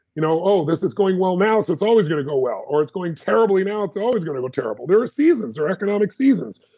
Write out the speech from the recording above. you know oh, this is going well now, so it's always going to go well, or it's going terribly now, it's always going to go terrible. there are seasons, there are economic seasons,